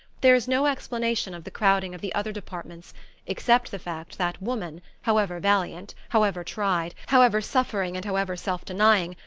there is no explanation of the crowding of the other departments except the fact that woman, however valiant, however tried, however suffering and however self-denying,